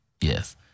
Yes